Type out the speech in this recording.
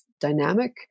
dynamic